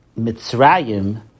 Mitzrayim